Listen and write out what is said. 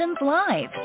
Live